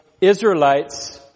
Israelites